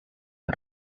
del